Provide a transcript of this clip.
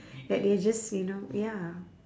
that they just you know ya